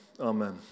Amen